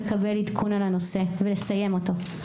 לקבל עדכון על הנושא ולסיים אותו.